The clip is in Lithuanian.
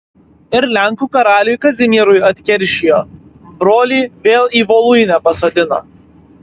ir lenkų karaliui kazimierui atkeršijo brolį vėl į voluinę pasodino